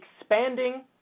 expanding